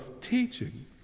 teaching